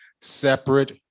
separate